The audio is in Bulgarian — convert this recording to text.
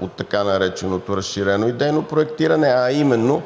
от така нареченото разширено идейно проектиране, а именно